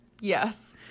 Yes